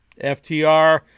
FTR